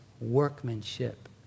workmanship